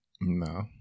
No